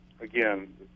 Again